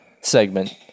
segment